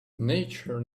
nature